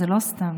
זה לא סתם.